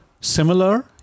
Similar